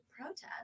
protest